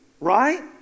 right